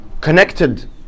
connected